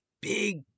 big